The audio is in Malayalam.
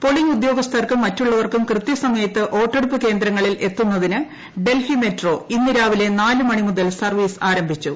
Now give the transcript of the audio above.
പോളിംഗ് ഉദ്യോഗസ്ഥർക്കും മറ്റുള്ളവർക്കും പ്രകൃത്യസമയത്ത് വോട്ടെടുപ്പ് കേന്ദ്രങ്ങളിൽ എത്തുന്നതിന്റ് ് ഡീൽഹി മെട്രോ ഇന്ന് രാവിലെ നാല് മണി മുതൽ സർഫ്ട്രീസ് ആരംഭിച്ചു